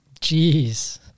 Jeez